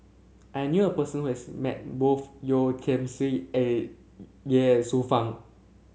I knew a person who has met both Yeo Tiam Siew and Ye Shufang